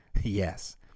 yes